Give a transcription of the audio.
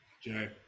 Jay